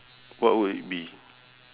what would it be